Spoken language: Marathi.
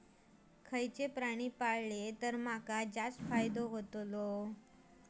खयचो प्राणी पाळलो तर माका जास्त फायदो होतोलो?